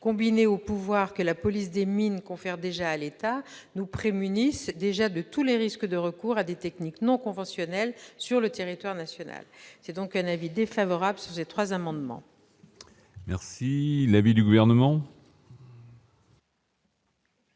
combinée aux pouvoirs que la police des mines confère déjà à l'État, nous prémunit déjà contre tous les risques de recours à des techniques non conventionnelles sur le territoire national. La commission émet donc un avis défavorable sur ces trois amendements. Quel est l'avis du Gouvernement ?